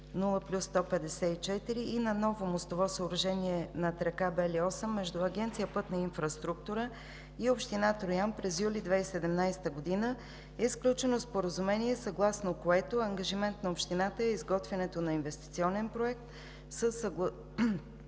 и на ново мостово съоръжение над река Бели Осъм между Агенция „Пътна инфраструктура“ и община Троян през юли 2017 г. е сключено споразумение, съгласно което ангажимент на общината е изготвянето на инвестиционен проект,